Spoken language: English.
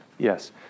Yes